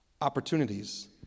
opportunities